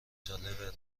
ساله